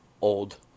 old